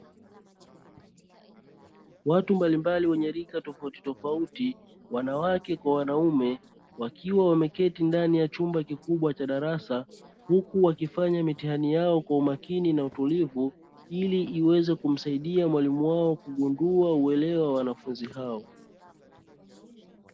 Watu mbalimbali wenye rika tofautitofauti wanawake kwa wanaume wakiwa wameketi ndani ya chumba kikubwa cha darasa, huku wakifanya mitihani yao kwa makini na utulivu ili iweze kumsaidia mwalimu wao kugundua uelewa wa wanafunzi hao.